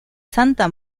santa